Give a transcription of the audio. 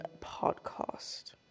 Podcast